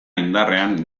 indarrean